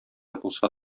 булса